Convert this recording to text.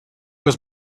was